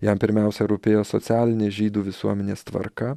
jam pirmiausia rūpėjo socialinė žydų visuomenės tvarka